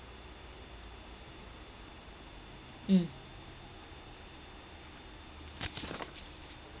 mm